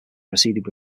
proceeded